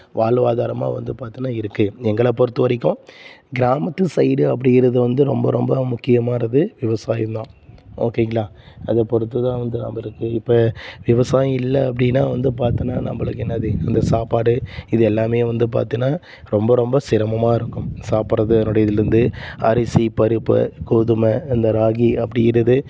வாழ்வாதாரமா வந்து பார்த்தீன்னா இருக்குது எங்களை பொறுத்த வரைக்கும் கிராமத்து சைடு அப்படிங்கிறது வந்து ரொம்ப ரொம்ப முக்கியமானது விவசாயம் தான் ஓகேங்களா அதை பொறுத்து தான் வந்து அது இருக்குது இப்போ விவசாயம் இல்லை அப்படின்னா வந்து பார்த்தீன்னா நம்மளுக்கு என்னது இந்த சாப்பாடு இது எல்லாமே வந்து பார்த்தீன்னா ரொம்ப ரொம்ப சிரமமாக இருக்கும் சாப்பிட்றது அதனுடையதிலிருந்து அரிசி பருப்பு கோதுமை இந்த ராகி அப்படிங்கிறது